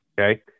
okay